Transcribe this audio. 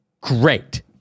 great